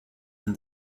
and